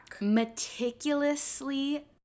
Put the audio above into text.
Meticulously